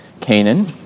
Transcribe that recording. Canaan